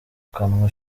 kanwa